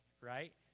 right